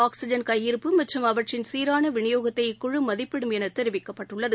oxygen கையிருப்பு மற்றும் அவற்றின் சீரானவிநியோகத்தை இக்குழுமதிப்பிடும் எனதெரிவிக்கப்பட்டுள்ளது